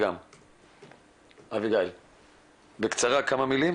אביגיל בקצרה כמה מילים.